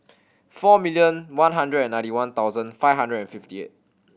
four million one hundred and ninety one thousand five hundred and fifty eight